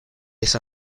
esa